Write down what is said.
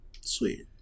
Sweet